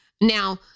now